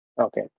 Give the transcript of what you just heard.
Okay